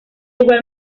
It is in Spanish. igual